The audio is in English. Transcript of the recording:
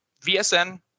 VSN